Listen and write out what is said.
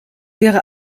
wäre